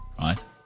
right